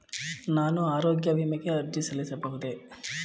ನಾನು ಆರೋಗ್ಯ ವಿಮೆಗೆ ಅರ್ಜಿ ಸಲ್ಲಿಸಬಹುದೇ?